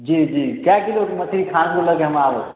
जी जी कए किलोके मछरी खानपुर लऽके हम आउ